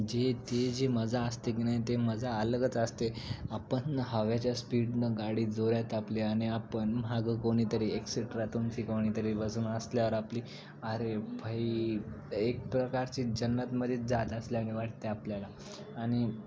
जी ती जी मजा असते की ना ती मजा अलगच असते आपण हव्याच्या स्पीडनं गाडी जोरात आपली आणि आपण मागं कोणीतरी एक्सेटरातूनची कोणीतरी बसून असल्यावर आपली आरे भाई एक प्रकारची जन्नतमध्येच जात असल्याने वाटते आपल्याला आणि